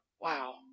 Wow